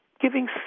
giving